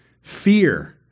fear